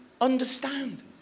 understand